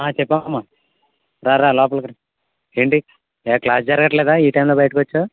చెప్పమ్మా రా రా లోపలికి రా ఏంటి ఏ క్లాస్ జరగట్లేదా ఈ టైంలో బయటికొచ్చావు